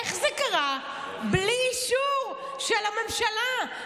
איך זה קרה בלי אישור של הממשלה,